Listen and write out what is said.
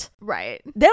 Right